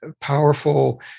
powerful